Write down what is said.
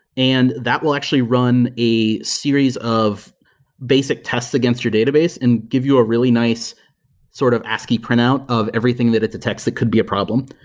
and that will actually run a series of basic test against your database and give you a really nice sort of ascii printout of everything that it detects that could be a problem.